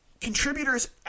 contributors